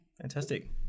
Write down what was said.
Fantastic